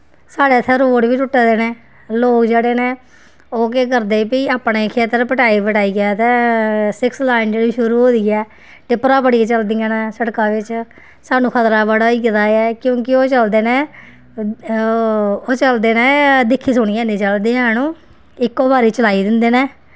साढ़ै इत्थें रोड़ बी टुट्टे दे न लोग जेह्ड़े न ओह् केह् करदे कि अपने खेतर पटाई पटाइयै सिक्स लाइन जेह्ड़ी शुरू होई दी ऐ टिप्परां बड़ियां चलदियां न सड़कै बिच्च सानूं खतरा बड़ा होई गेदा ऐ क्योंकि ओह् चलदे न ओह् चलदे दिक्खी सुनियै हैनी चलदे हैन ओह् इक्को बारी चलाई दिंदे न